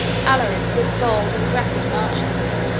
alaric, with bold and rapid marches,